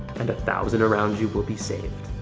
and a thousand around you will be saved.